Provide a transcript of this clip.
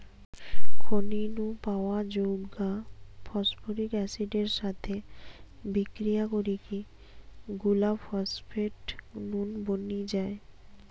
খনি নু পাওয়া যৌগ গা ফস্ফরিক অ্যাসিড এর সাথে বিক্রিয়া করিকি গুলা ফস্ফেট নুন বনি যায়